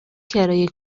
کرایه